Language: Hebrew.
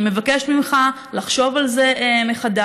אני מבקשת ממך לחשוב על זה מחדש.